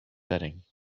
setting